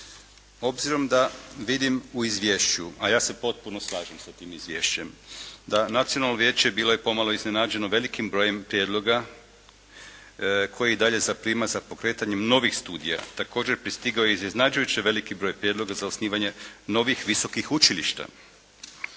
Obzirom da vidim u izvješću, a ja se potpuno slažem sa tim izvješćem da Nacionalno vijeće bilo je pomalo iznenađeno velikim brojem prijedloga koje i dalje zaprima za pokretanjem novih studija, također pristigao i iznenađujuće veliki broj prijedloga za osnivanje novih visokih učilišta